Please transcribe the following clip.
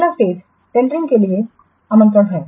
अगला स्टेज टेंडरिंगके लिए आमंत्रण है